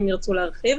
אם הם ירצו להרחיב.